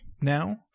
now